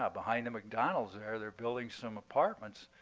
ah behind the mcdonald's there, they're building some apartments.